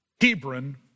Hebron